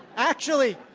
actually,